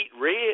red